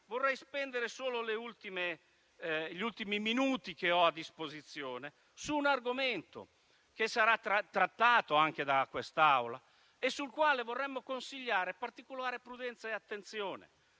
Vorrei spendere gli ultimi minuti del tempo che ho a disposizione su un argomento che sarà trattato anche da quest'Assemblea e sul quale vorremmo consigliare particolare prudenza e attenzione,